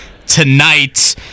tonight